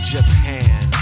Japan